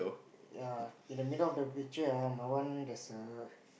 ya in the middle of the picture ah my one there's a